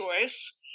choice